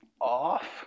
off